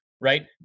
Right